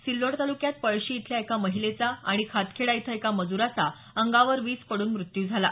सिल्लोड तालुक्यात पळशी इथल्या एका महिलेचा आणि खातखेडा इथं एका मजुराचा अंगावर वीज पडून मृत्यू झाला